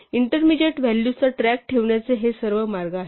intermediate व्हॅल्यूजचा track ठेवण्याचे हे सर्व मार्ग आहेत